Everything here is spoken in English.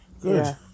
Good